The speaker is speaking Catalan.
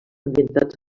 ambientats